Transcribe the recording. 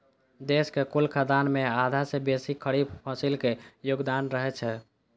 देशक कुल खाद्यान्न मे आधा सं बेसी खरीफ फसिलक योगदान रहै छै